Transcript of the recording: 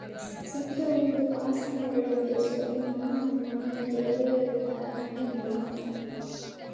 ಸಂಪಿಗೆ ಹೂವಿಂದು ವಾಸನೆ ಒಳ್ಳೆ ಬೇಸು ಅದುನ್ನು ನಮ್ ಮನೆಗ ದೇವರಿಗೆ ಇಡತ್ತಾರ ಹಂಗೆ ಮುಡುಕಂಬತಾರ